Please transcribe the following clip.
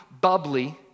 bubbly